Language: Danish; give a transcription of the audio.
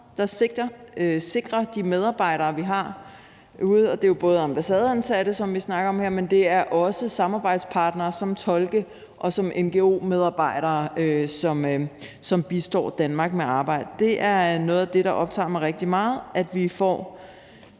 der sikrer de medarbejdere, vi har udsendt, og det er jo både ambassadeansatte, som vi snakker om her, og det er samarbejdspartnere som tolke og ngo-medarbejdere, som bistår Danmark med arbejdet. Det, at vi får bedre rammer fremover, er